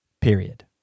Period